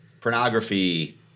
pornography